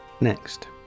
Next